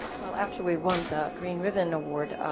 well, after we won the green ribbon award,